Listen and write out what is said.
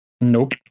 Nope